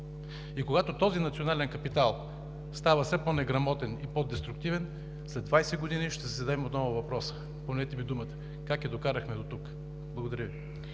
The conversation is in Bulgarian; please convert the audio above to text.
И когато този национален капитал става все по-неграмотен и по-деструктивен, след 20 години ще си зададем отново въпроса, помнете ми думата – как я докарахме дотук? Благодаря Ви.